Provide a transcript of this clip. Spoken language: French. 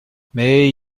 mais